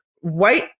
white